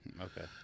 Okay